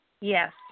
Yes